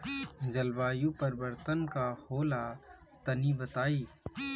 जलवायु परिवर्तन का होला तनी बताई?